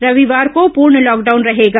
रविवार को पूर्ण लॉकडाउन रहेगा